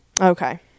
Okay